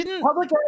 Public